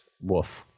Woof